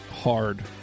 hard